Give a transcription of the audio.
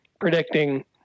predicting